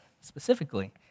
specifically